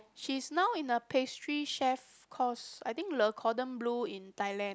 she's now in a pastry chef course I think Le-Cordon-Bleu in Thailand